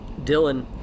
Dylan